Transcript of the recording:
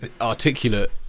articulate